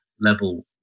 level